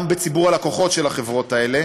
גם בציבור הלקוחות של החברות האלה,